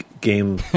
game